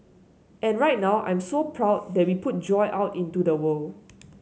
and right now I'm so proud that we put joy out into the world